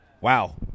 wow